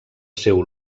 seu